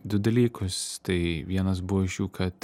du dalykus tai vienas buvo iš jų kad